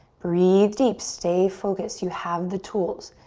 breathe deep. stay focused. you have the tools.